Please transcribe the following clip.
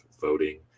voting